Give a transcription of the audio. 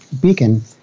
Beacon